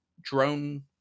drone